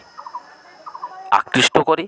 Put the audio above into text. আকৃষ্ট করে